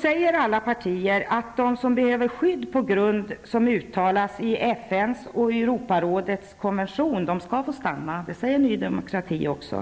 säger alla partier att de som behöver skydd på de grunder som uttalas i FN:s och Europarådets konventioner skall få stanna. Det säger Ny Demokrati också.